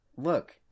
Look